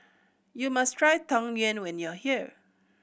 you must try Tang Yuen when you are here